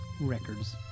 records